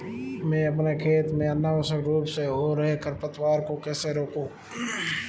मैं अपने खेत में अनावश्यक रूप से हो रहे खरपतवार को कैसे रोकूं?